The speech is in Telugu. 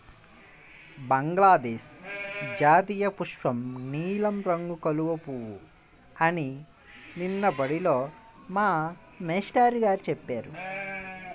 బంగ్లాదేశ్ జాతీయపుష్పం నీలం రంగు కలువ పువ్వు అని నిన్న బడిలో మా మేష్టారు గారు చెప్పారు